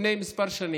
לפני כמה שנים.